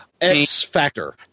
X-Factor